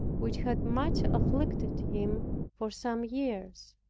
which had much afflicted him for some years.